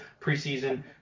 preseason